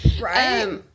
Right